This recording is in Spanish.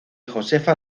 josefa